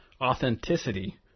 authenticity